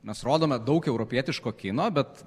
mes rodome daug europietiško kino bet